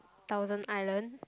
thousand island